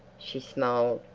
she smiled,